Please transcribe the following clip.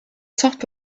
top